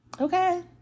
Okay